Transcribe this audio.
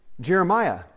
Jeremiah